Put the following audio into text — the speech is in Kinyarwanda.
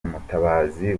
umutabazi